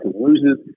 loses